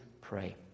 pray